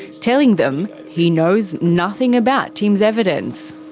telling them he knows nothing about tim's evidence.